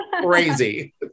crazy